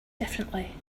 differently